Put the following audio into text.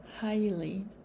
highly